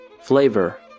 Flavor